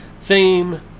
theme